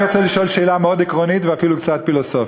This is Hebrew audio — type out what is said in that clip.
אני רוצה לשאול שאלה מאוד עקרונית ואפילו קצת פילוסופית: